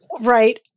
Right